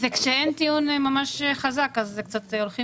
כשאין טיעון ממש חזק אז קצת הולכים